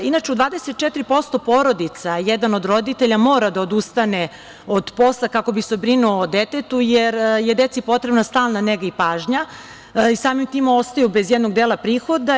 Inače, u 24% porodica jedan od roditelja mora da odustane od posla kako bi se brinuo o detetu, jer je deci potrebna stalna nega i pažnja, a samim tim ostaju bez jednog dela prihoda.